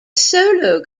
solo